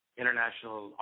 international